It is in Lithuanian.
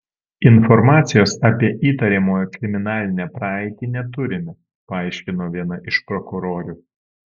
informacijos apie įtariamojo kriminalinę praeitį neturime paaiškino viena iš prokurorių